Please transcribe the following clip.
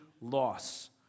loss